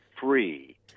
free